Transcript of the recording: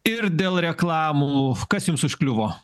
ir dėl reklamų kas jums užkliuvo